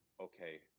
okay